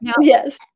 Yes